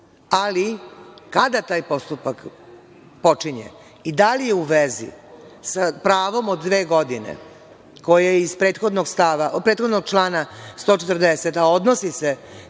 Ali, kada taj postupak počinje, i da li je u vezi sa pravom od dve godine, koje iz prethodnog člana 140. se odnosi na